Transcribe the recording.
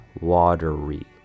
watery